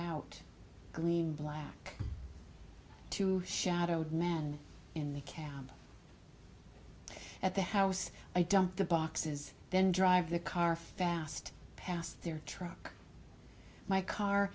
out clean black to shadow man in the cab at the house i dump the boxes then drive the car fast past their truck my car